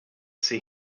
see